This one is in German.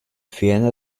ferner